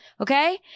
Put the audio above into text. Okay